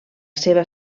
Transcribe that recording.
seva